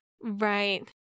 Right